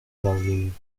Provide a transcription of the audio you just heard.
volume